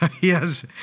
Yes